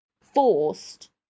forced